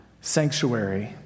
sanctuary